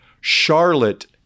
Charlotte